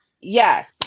yes